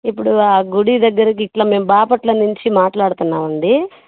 ఇప్పుడు ఆ గుడి దగ్గరికి ఇట్లా మేం బాపట్ల నుంచి మాట్లాడుతున్నామండి